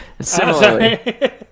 Similarly